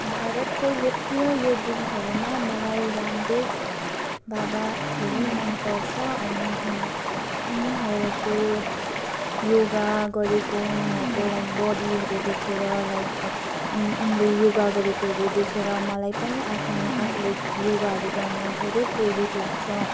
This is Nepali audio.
भारतको लोकप्रिय योग गुरुहरूमा मलाई रामदेव बाबा धेरै मनपर्छ अनि उना उनीहरूको योगा गरेको उनीहरूको लाइक बडीहरू देखेर लाइक उन् उनले योगा गरेकोहरू देखेर मलाई पनि आफ्नु आफुले योगाहरू गर्नु धेरै प्रेरित लाग्छ